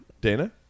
Dana